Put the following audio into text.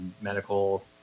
medical